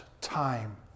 time